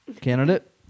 candidate